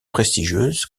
prestigieuses